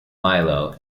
milo